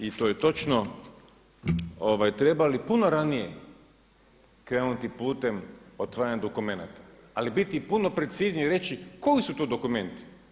Mi smo i to je točno trebali puno ranije krenuti putem otvaranja dokumenata, ali biti puno precizniji i reći koji su to dokumenti.